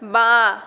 বাঁ